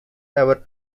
ever